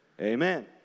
amen